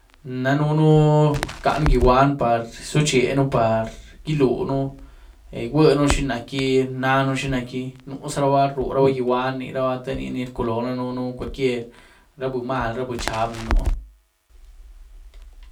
Danënu rcán gyigwan par zucheën, par iluën, gyígwueën xinac´gi nanën, chi nac´gí. Nuzaraba ruraba gyigwan rniraba te nini rculoën, daa nunu cualquier ra buny mal, ra bunynxab ni núh.